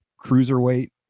cruiserweight